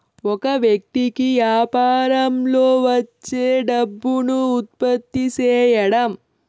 ఒక వ్యక్తి కి యాపారంలో వచ్చే డబ్బును ఉత్పత్తి సేయడం